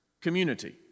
community